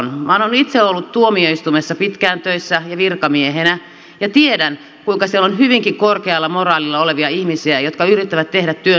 minä olen itse ollut tuomioistuimessa pitkään töissä ja virkamiehenä ja tiedän kuinka siellä on hyvinkin korkealla moraalilla olevia ihmisiä jotka yrittävät tehdä työnsä hyvin